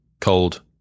cold